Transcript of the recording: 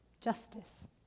justice